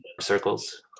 circles